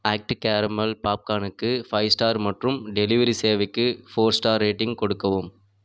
act caramel பாப்கார்னுக்கு five star மற்றும் delivery சேவைக்கு ஃபோர் ஸ்டார் ரேட்டிங் கொடுக்கவும்